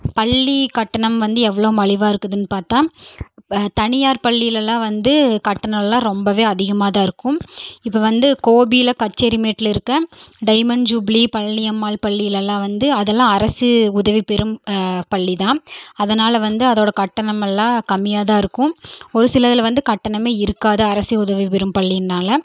பள்ளி கட்டணம் வந்து எவ்வளோ மலிவாக இருக்குதுன்னு பார்த்தா தனியார் பள்ளிலெல்லாம் வந்து கட்டணம் எல்லாம் ரொம்பவே அதிகமாக தான் இருக்கும் இப்போ வந்து கோபியில் கச்சேரிமேட்டில் இருக்கற டைமன் ஜூப்லி பழனியம்மாள் பள்ளிலெல்லாம் வந்து அதெல்லாம் அரசு உதவி பெறும் பள்ளி தான் அதனால் வந்து அதோடய கட்டணமெல்லாம் கம்மியாக தான் இருக்கும் ஒரு சிலதில் வந்து கட்டணமே இருக்காது அரசு உதவி பெறும் பள்ளியினால்